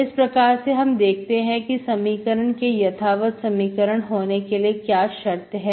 इस प्रकार हम देखते हैं कि समीकरण के यथावत समीकरण होने के लिए क्या शर्त है